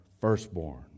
firstborn